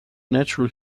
natural